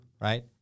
right